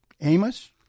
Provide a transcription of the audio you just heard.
Amos